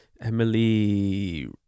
Emily